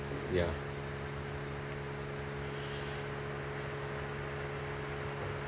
ya